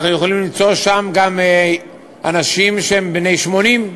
אנחנו יכולים למצוא שם גם אנשים שהם בני 80,